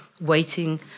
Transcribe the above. waiting